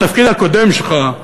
בתפקיד הקודם שלך,